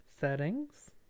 Settings